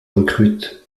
recrutent